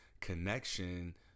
connection